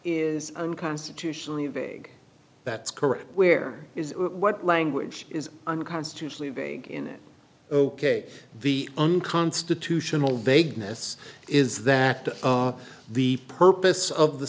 is unconstitutionally vague that's correct where is what language is unconstitutionally vague in that ok the unconstitutional vagueness is that the purpose of the